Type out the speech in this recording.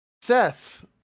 Seth